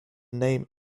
name